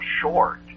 short